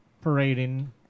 parading